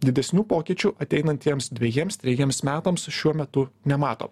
didesnių pokyčių ateinantiems dvejiems trejiems metams šiuo metu nemato